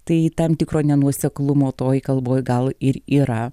tai tam tikro nenuoseklumo toj kalboj gal ir yra